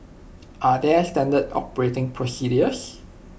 are there standard operating procedures